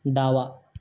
डावा